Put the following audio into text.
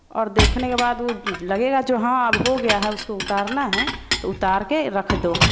और देखने के बाद वो लगेगा जो हाँ अब हो गया है उसको उतारना है तो उतार के रख दो